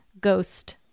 ghost